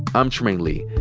i'm trymaine lee.